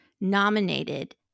nominated